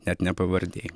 net ne pavardėj